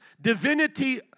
divinity